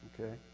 Okay